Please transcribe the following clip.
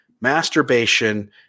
masturbation